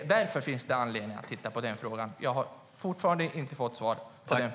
Därför finns det anledning att titta på den frågan. Jag har fortfarande inte fått svar på det.